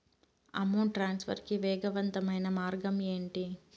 amount transfer కి వేగవంతమైన మార్గం ఏంటి